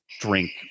drink